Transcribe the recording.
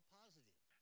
positive